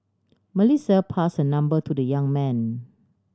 Melissa pass her number to the young man